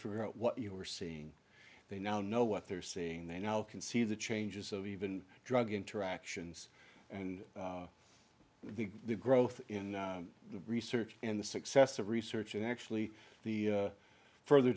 figure out what you were seeing they now know what they're seeing they now can see the changes of even drug interactions and the growth in the research and the success of research in actually the further